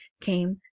came